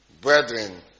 brethren